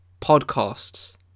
podcasts